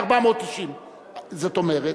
490. זאת אומרת,